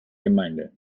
gemeinde